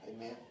Amen